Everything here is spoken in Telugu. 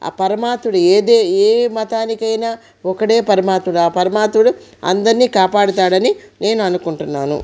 ఆ పరమాత్ముడు ఏది ఏ మతానికైనా ఒకటే పరమాత్ముడు ఆ పరమాత్ముడు అందరినీ కాపాడుతాడని నేను అనుకుంటున్నాను